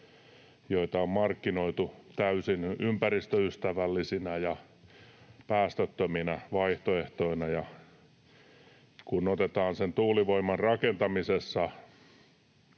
joita on markkinoitu täysin ympäristöystävällisinä ja päästöttöminä vaihtoehtoina. Kun otetaan sen tuulivoiman rakentamisessa